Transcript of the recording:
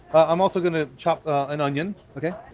i'm also going to chop an onion. i